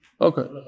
Okay